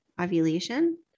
ovulation